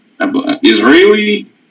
israeli